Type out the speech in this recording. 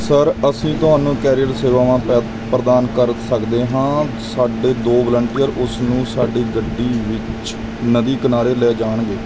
sir ਅਸੀਂ ਤੁਹਾਨੂੰ career ਸੇਵਾਵਾਂ ਪ ਪ੍ਰਦਾਨ ਕਰ ਸਕਦੇ ਹਾਂ ਸਾਡੇ ਦੋ ਵਲੰਟੀਅਰ ਉਸ ਨੂੰ ਸਾਡੀ ਗੱਡੀ ਵਿੱਚ ਨਦੀ ਕਿਨਾਰੇ ਲੈ ਜਾਣਗੇ